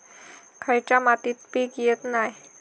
खयच्या मातीत पीक येत नाय?